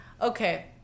Okay